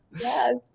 Yes